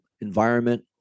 environment